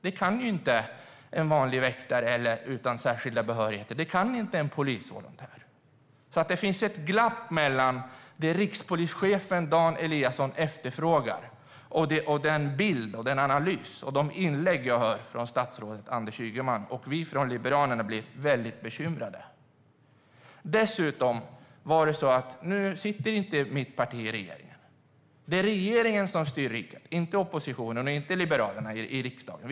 Det kan inte en vanlig väktare utan särskilda behörigheter. Det kan inte en polisvolontär. Det finns alltså ett glapp mellan det som rikspolischefen Dan Eliasson efterfrågar och den bild, den analys och de inlägg jag hör från statsrådet Anders Ygeman. Vi från Liberalerna blir väldigt bekymrade. Nu sitter inte mitt parti i regeringen. Det är regeringen som styr riket, inte oppositionen, inte Liberalerna i riksdagen.